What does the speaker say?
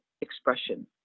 expression